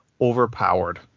overpowered